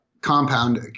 compound